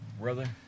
brother